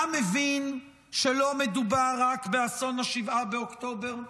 אתה מבין שלא מדובר רק באסון 7 באוקטובר?